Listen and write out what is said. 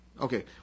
okay